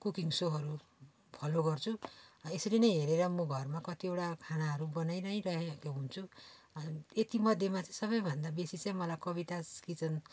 cooking सोहरू follow गर्छु यसरी नै हेरेर म घरमा कतिवटा खानाहरू बनाई नै रहेको हुन्छु यति मध्येमा चाहिँ सब भन्दा बेसी चाहिँ मलाई कवितास किचन